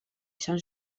izan